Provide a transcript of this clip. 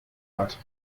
hat